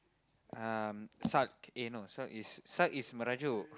um sulk no sulk is merajuk